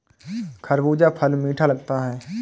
खरबूजा फल मीठा लगता है